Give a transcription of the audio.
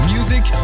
Music